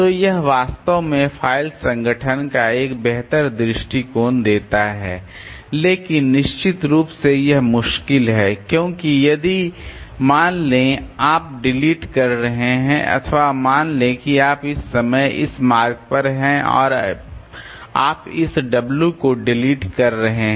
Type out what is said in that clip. तो यह वास्तव में फ़ाइल संगठन का एक बेहतर दृष्टिकोण देता है लेकिन निश्चित रूप से यह मुश्किल है क्योंकि यदि मान लें आप डिलीट कर रहे हैं अथवा मान लें कि आप इस समय इस मार्ग पर हैं और आप इस w को डिलीट कर रहे हैं